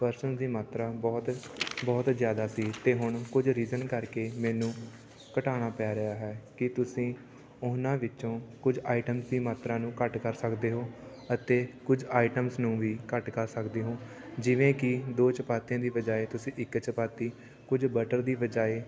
person ਦੀ ਮਾਤਰਾ ਬਹੁਤ ਬਹੁਤ ਜ਼ਿਆਦਾ ਸੀ ਅਤੇ ਹੁਣ ਕੁਝ ਰੀਜਨ ਕਰਕੇ ਮੈਨੂੰ ਘਟਾਉਣਾ ਪੈ ਰਿਹਾ ਹੈ ਕਿ ਤੁਸੀਂ ਉਹਨਾਂ ਵਿੱਚੋਂ ਕੁਝ ਆਈਟਮ ਦੀ ਮਾਤਰਾ ਨੂੰ ਘੱਟ ਕਰ ਸਕਦੇ ਹੋ ਅਤੇ ਕੁਝ ਆਈਟਮਸ ਨੂੰ ਵੀ ਘੱਟ ਕਰ ਸਕਦੇ ਹੋ ਜਿਵੇਂ ਕਿ ਦੋ ਚਪਾਤੀਆਂ ਦੀ ਬਜਾਏ ਤੁਸੀਂ ਇੱਕ ਚਪਾਤੀ ਕੁਝ ਬਟਰ ਦੀ ਬਜਾਏ